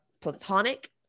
platonic